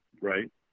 Right